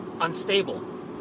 unstable